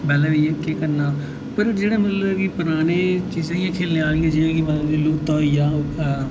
बैह्ले बेहियै केह् करना पर मतलब जेह्ड़ा कि पराने समें खेढने आह्ली जि'यां कि लुप्त होई गेआ जि'यां की